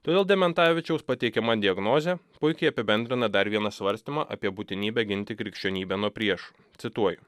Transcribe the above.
todėl dementavičiaus pateikiama diagnozė puikiai apibendrina dar vieną svarstymą apie būtinybę ginti krikščionybę nuo priešų cituoju